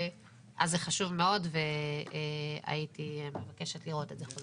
זה חשוב מאוד, והייתי מבקשת לראות את זה.